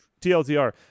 TLDR